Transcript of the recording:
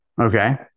Okay